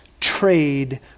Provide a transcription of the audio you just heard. trade